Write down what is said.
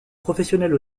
professionnels